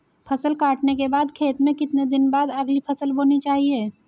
फसल काटने के बाद खेत में कितने दिन बाद अगली फसल बोनी चाहिये?